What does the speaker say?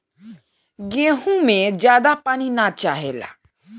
गेंहू में ज्यादा पानी ना चाहेला